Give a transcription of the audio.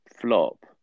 flop